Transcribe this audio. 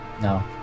No